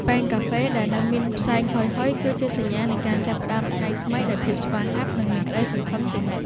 ពែងកាហ្វេដែលនៅមានផ្សែងហុយៗ គឺជាសញ្ញានៃការចាប់ផ្ដើមថ្ងៃថ្មីដោយភាពស្វាហាប់និងមានក្ដីសង្ឃឹមជានិច្ច។